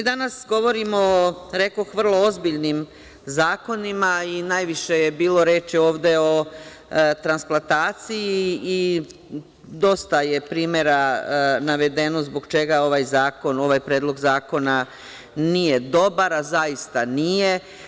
Danas govorimo o, rekoh, vrlo ozbiljnim zakonima i najviše je bilo reči o transplataciji i dosta je primera navedeno zbog čega ovaj Predlog zakona nije dobar, a zaista nije.